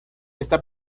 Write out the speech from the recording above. está